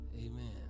Amen